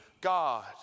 God